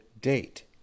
date